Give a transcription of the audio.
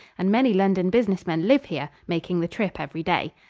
and many london business men live here, making the trip every day.